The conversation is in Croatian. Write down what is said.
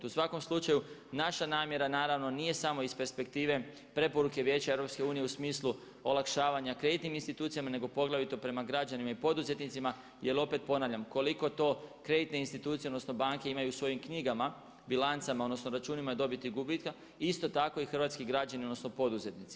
U svakom slučaju naša namjera nije samo iz perspektive preporuke Vijeća EU u smislu olakšavanja kreditnim institucijama nego poglavito prema građanima i poduzetnicima jel opet ponavljam, koliko to kreditne institucije odnosno banke imaju u svojim knjigama bilancama odnosno računima dobiti i gubitka, isto tako i hrvatski građani odnosno poduzetnici.